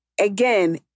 again